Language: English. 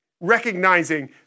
recognizing